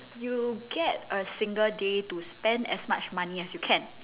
you get a single day to spend as much money as you can